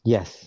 Yes